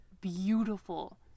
beautiful